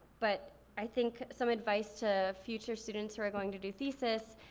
but i think some advice to future students who are going to do thesis,